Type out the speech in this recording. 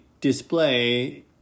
display